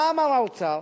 מה אמר האוצר?